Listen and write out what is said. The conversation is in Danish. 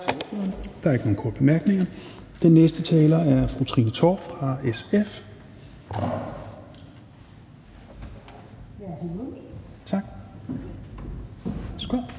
Der er ikke nogen korte bemærkninger. Den næste taler er fru Trine Torp fra SF. Værsgo.